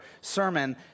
sermon